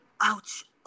ouch